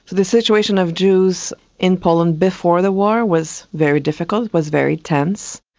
the situation of jews in poland before the war was very difficult, was very tense.